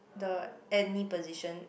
the any position